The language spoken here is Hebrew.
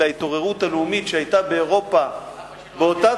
להתעוררות הלאומית שהיתה באירופה באותה